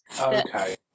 Okay